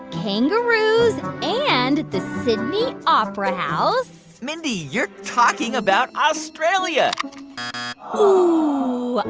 kangaroos and the sydney opera house mindy, you're talking about australia oh,